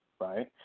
right